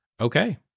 Okay